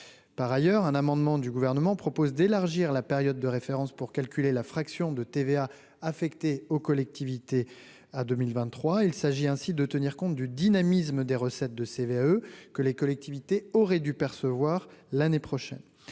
par ailleurs, un amendement du gouvernement propose d'élargir la période de référence pour calculer la fraction de TVA affectée aux collectivités à 2023, il s'agit ainsi de tenir compte du dynamisme des recettes de CVAE que les collectivités auraient dû percevoir l'année prochaine,